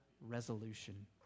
Resolution